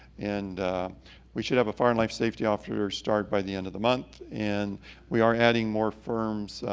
and we should have a fire and life safety officer start by the end of the month. and we are adding more firms,